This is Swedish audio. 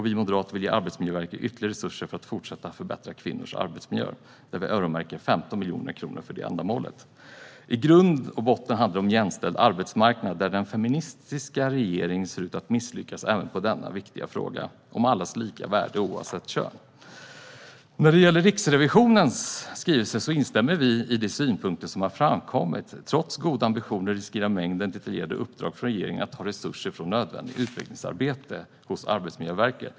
Vi moderater vill ge Arbetsmiljöverket ytterligare resurser för att fortsätta förbättra kvinnors arbetsmiljö. Vi öronmärker 15 miljoner kronor för det ändamålet. I grund och botten handlar detta om en jämställd arbetsmarknad. Den feministiska regeringen ser ut att misslyckas även i denna viktiga fråga om allas lika värde, oavsett kön. När det gäller Riksrevisionens skrivelse instämmer vi i de synpunkter som har framkommit. Trots goda ambitioner riskerar mängden detaljerade uppdrag från regeringen att ta resurser från nödvändigt utvecklingsarbete hos Arbetsmiljöverket.